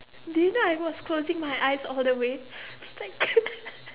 do you know I was closing my eyes all the way it's like